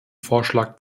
vorschlag